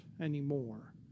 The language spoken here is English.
anymore